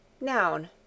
Noun